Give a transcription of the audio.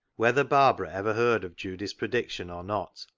whether barbara ever heard of judy's pre diction or not,